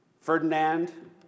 Ferdinand